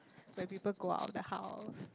when people go out the house